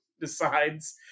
decides